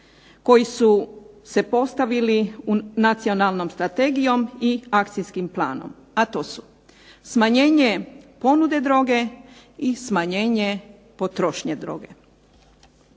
koji su se postavili Nacionalnom strategijom i Akcijskim planom, a to su smanjenje ponude droge i smanjenje potrošnje droge.